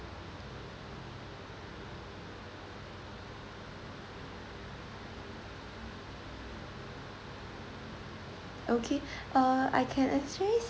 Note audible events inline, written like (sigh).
okay (breath) uh I can actually